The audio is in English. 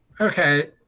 Okay